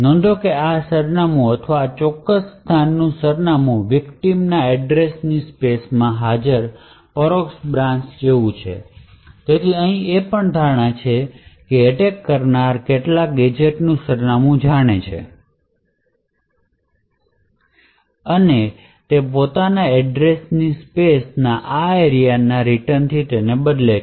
નોંધો કે આ સરનામું અથવા આ ચોક્કસ સ્થાનનું સરનામું વિકટીમ ના એડ્રેસ ની સ્પેસ માં હાજર પરોક્ષ બ્રાન્ચ જેવું જ છે તેથી અહી એ પણ ધારણા છે કે એટેક કરનાર કેટલાંક ગેજેટનું સરનામું જાણે છે અને તેના પોતાના એડ્રેસ ની સ્પેસ આ એરિયાને રિટર્ન થી બદલે છે